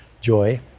joy